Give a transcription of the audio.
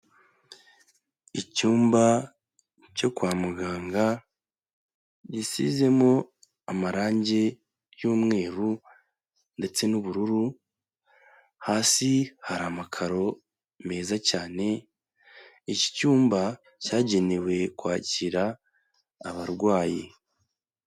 Icyumba cyo kwa muganga gisizemo amarangi y'mweru ndetse n'ubururu hasi hari amakaro meza cyane, iki cyumba cyagenewe kwakira abarwayi.